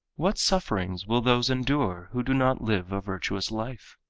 what sufferings will those endure who do not live a virtuous life?